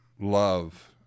love